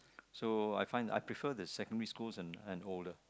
so I find that I prefer the secondary schools and and older